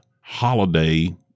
holiday